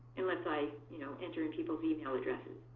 unless i you know enter in people's email addresses.